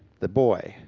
the boy,